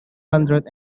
hundred